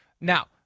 Now